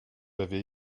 avez